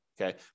okay